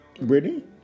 Ready